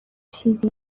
چیزی